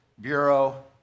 Bureau